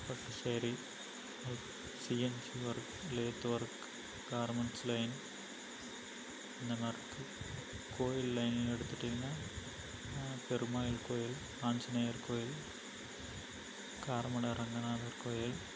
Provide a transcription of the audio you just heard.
பட்டு sari CNC work lathe work garments line இந்த மாரிருக்கு கோவில் லைன்ல எடுத்துகிட்டிங்னா பெருமாள் கோவில் ஆஞ்சநேயர் கோவில் காரமட ரங்கநாதர் கோவில்